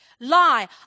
Lie